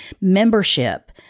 membership